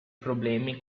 problemi